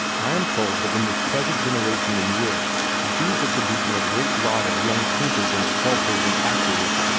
i am told that in this present generation in europe the jews are producing a great lot of young painters and sculptors and actors,